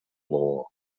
law